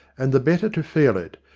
and the better to feel it,